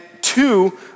two